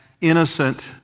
innocent